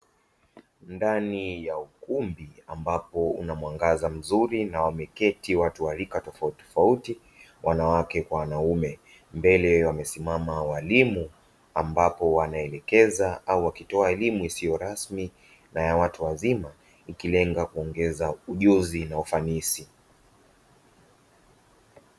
Ndani ya ukumbi ambapo una mwangaza mzuri na wameketi watu wa rika tofautitofauti, wanawake kwa wanaume mbele wamesimaa walimu ambapo wanaelekeza au wakitoa elimu isiyo rasmi na ya watu wazima, ikilenga kuongeza ujuzi na ufanisi.